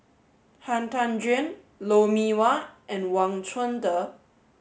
Han Tan Juan Lou Mee Wah and Wang Chunde